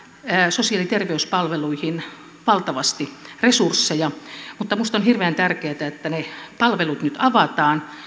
sosiaali ja terveyspalveluihin valtavasti resursseja mutta minusta on hirveän tärkeätä että ne palvelut nyt avataan